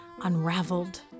unraveled